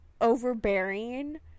overbearing